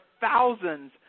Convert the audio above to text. thousands